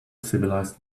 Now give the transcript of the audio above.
civilized